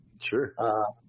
Sure